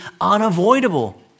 unavoidable